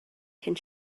cyn